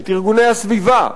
את ארגוני הסביבה,